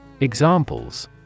Examples